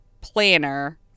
planner